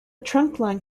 trunkline